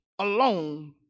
alone